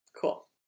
Cool